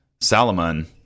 Salomon